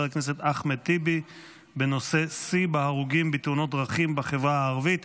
הכנסת אחמד טיבי בנושא: שיא בהרוגים בתאונות דרכים בחברה הערבית.